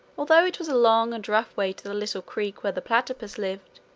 although it was a long and rough way to the little creek where the platypus lived,